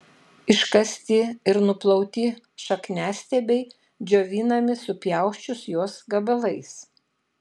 iškasti ir nuplauti šakniastiebiai džiovinami supjausčius juos gabalais